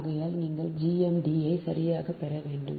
ஆகையால் நீங்கள் GMD யை சரியாகப் பெற வேண்டும்